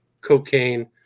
cocaine